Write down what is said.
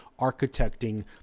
architecting